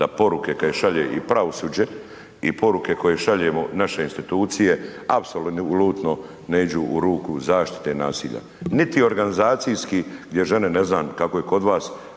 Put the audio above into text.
da poruke kada ih šalje i pravosuđe i poruke koje šaljemo naše institucije apsolutno ne idu u ruku zaštite nasilja niti organizacijski. Jer žene, ne znam kako je kod vas,